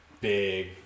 big